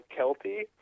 Kelty